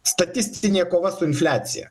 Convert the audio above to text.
statistinė kova su infliacija